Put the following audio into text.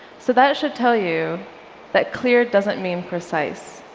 so that should tell you that clear doesn't mean precise.